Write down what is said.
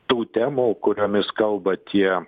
tų temų kuriomis kalba tie